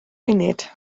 funud